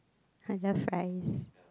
I love fries